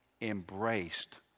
embraced